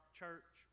church